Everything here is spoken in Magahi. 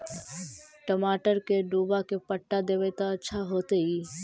टमाटर के डुबा के पटा देबै त अच्छा होतई?